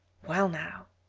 well now,